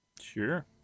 Sure